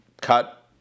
cut